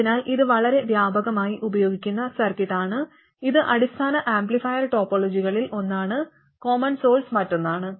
അതിനാൽ ഇത് വളരെ വ്യാപകമായി ഉപയോഗിക്കുന്ന സർക്യൂട്ടാണ് ഇത് അടിസ്ഥാന ആംപ്ലിഫയർ ടോപ്പോളജികളിൽ ഒന്നാണ് കോമൺ സോഴ്സ് മറ്റൊന്നാണ്